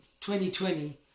2020